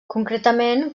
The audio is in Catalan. concretament